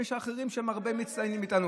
יש אחרים שהם הרבה מצטיינים מאיתנו.